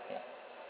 ya